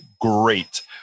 great